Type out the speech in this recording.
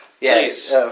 Yes